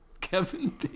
Kevin